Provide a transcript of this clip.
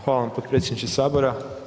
Hvala vam potpredsjedniče sabora.